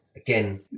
again